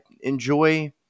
enjoy